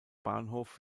bahnhof